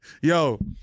Yo